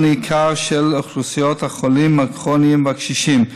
ניכר של אוכלוסיית החולים הכרוניים והקשישים.